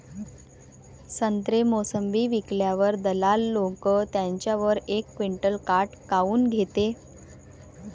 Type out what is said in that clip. संत्रे, मोसंबी विकल्यावर दलाल लोकं त्याच्यावर एक क्विंटल काट काऊन घेते?